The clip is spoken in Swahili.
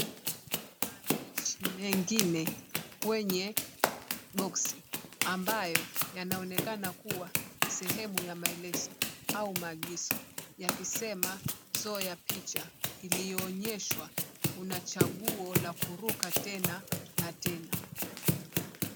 Maandishi mengine kwenye boksi, ambayo yanaonekana kuwa sehemu ya maelezo au maagizo, yakisema, soo ya picha iliyoonyeshwa una chaguo la kuruka tena na tena.